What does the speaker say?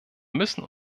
müssen